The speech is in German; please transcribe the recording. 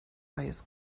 eis